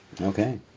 Okay